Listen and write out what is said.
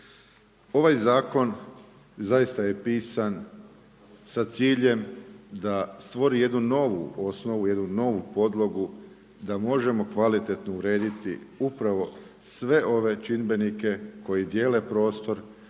Ovaj zakon zaista je pisan sa ciljem da stvori jednu novu osnovu, jednu novu podlogu da možemo kvalitetno urediti upravo sve ove čimbenike koji dijele prostor,